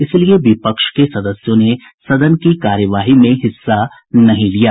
इसलिए विपक्ष के सदस्यों ने सदन की कार्यवाही में भाग नहीं लिया